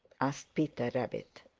asked peter rabbit.